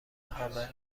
همه